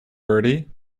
bertie